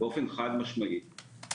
מצד שני,